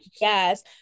Yes